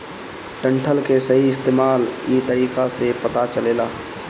डंठल के सही इस्तेमाल इ तरीका से पता चलेला